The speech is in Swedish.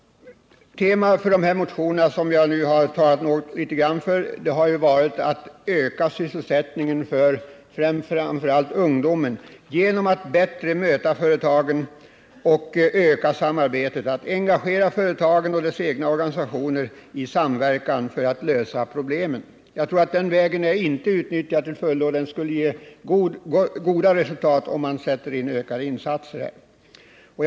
Temat för de motioner som jag nu talat för har varit att öka sysselsättningen för framför allt ungdomen genom att bättre möta företagen och öka samarbetet, att engagera företagen och deras egna organisationer i samverkan för att lösa problemen. Jag tror att den vägen inte är utnyttjad till fullo. Det skulle ge goda resultat, om man gjorde ökade insatser här.